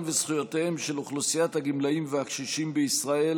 וזכויותיהם של הגמלאים והקשישים בישראל,